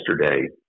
yesterday